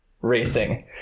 racing